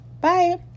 Bye